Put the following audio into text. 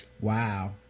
wow